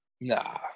Nah